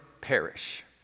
perish